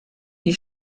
die